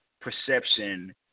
perception